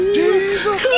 Jesus